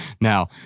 Now